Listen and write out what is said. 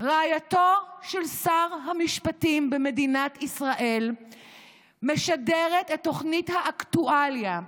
רעייתו של שר המשפטים במדינת ישראל משדרת את תוכנית האקטואליה,